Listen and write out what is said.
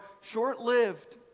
short-lived